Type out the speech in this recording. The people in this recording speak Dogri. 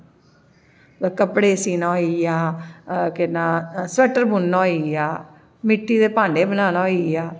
ते कपडे़ सीना होइया केह् नांऽ स्वेटर बुनना होइया मिट्टी दे भांडे बनाना होइया